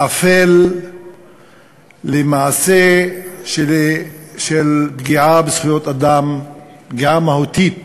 אפל למעשה של פגיעה מהותית